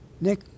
Nick